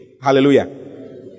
Hallelujah